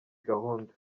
gahunda